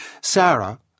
Sarah